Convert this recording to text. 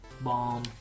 Bomb